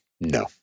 No